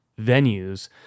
venues